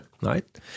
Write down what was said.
Right